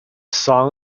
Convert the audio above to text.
song